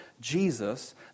Jesus